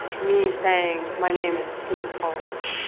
me saying my name is skiumtalx,